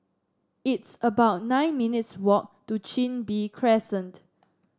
it's about nine minutes' walk to Chin Bee Crescent